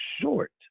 short